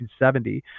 1970